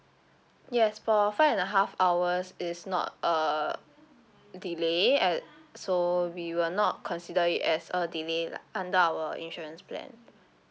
yes for five and a half hours is not uh delay at so we will not consider it as a delay lah under our insurance plan